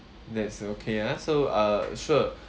that's okay ah so uh sure